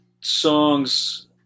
songs